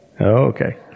okay